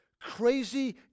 Crazy